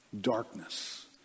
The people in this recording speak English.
darkness